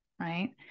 right